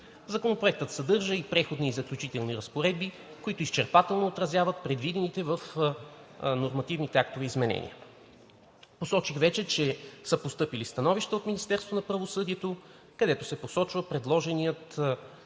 Законопроектът съдържа и Преходни и заключителни разпоредби, които изчерпателно отразяват предвидените в нормативните актове изменения. Посочих вече, че са постъпили становища от Министерството на правосъдието,